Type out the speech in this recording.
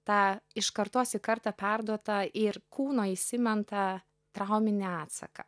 tą iš kartos į kartą perduotą ir kūno įsimentą trauminį atsaką